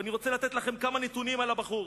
ואני רוצה לתת לכם כמה נתונים על הבחור.